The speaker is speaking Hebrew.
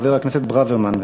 חבר הכנסת ברוורמן.